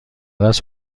است